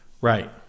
right